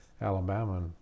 Alabama